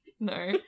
No